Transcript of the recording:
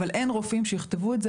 אבל אין רופאים שיכתבו את זה.